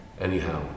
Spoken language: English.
Anyhow